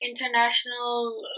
International